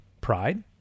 pride